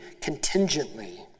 contingently